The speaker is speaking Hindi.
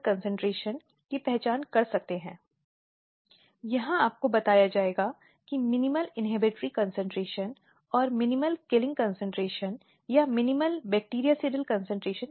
लेकिन उनमें से कुछ के साथ विशेष रूप से बलात्कार वगैरह के अपराध के संबंध में मैं चर्चा करने की कोशिश करूंगी